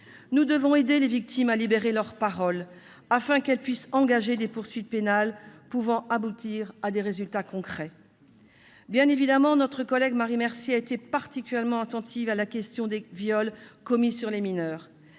Nous devons aider les victimes à libérer leur parole, afin qu'elles puissent engager des poursuites pénales pouvant aboutir à des résultats concrets. Bien évidemment, notre collègue Marie Mercier a été particulièrement attentive à la question des viols commis sur les mineurs,